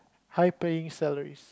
high paying salaries